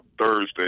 Thursday